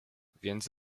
więc